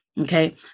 Okay